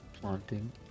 planting